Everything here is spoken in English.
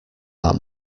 that